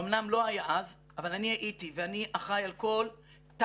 אמנם לא היה אז אבל אני הייתי ואני אחראי על כל תו